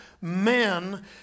men